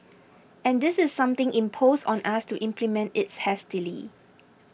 and this is something imposed on us to implement it hastily